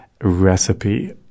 recipe